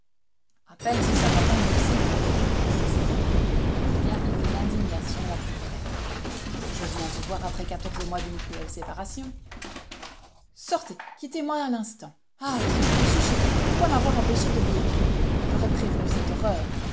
a peine si sa voix convulsive pouvait articuler ces mots julien y vit l'indignation la plus vraie je viens vous voir après quatorze mois d'une cruelle séparation sortez quittez moi à l'instant ah m chélan pourquoi m'avoir empêché de lui écrire j'aurais prévenu cette horreur